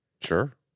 Sure